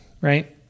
right